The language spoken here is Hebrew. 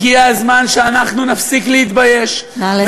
הגיע הזמן שאנחנו נפסיק להתבייש, נא לסיים.